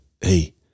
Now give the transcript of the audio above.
hey